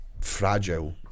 fragile